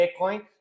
Bitcoin